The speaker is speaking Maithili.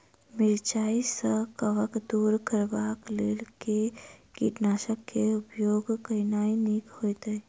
मिरचाई सँ कवक दूर करबाक लेल केँ कीटनासक केँ उपयोग केनाइ नीक होइत?